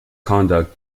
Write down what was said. conduct